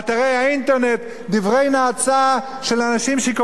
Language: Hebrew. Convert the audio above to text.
נאצה של אנשים שקוראים להשמיד את החרדים.